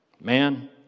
Man